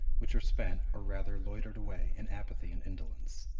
which are spent, or rather loitered away, in apathy and indolence.